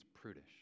prudish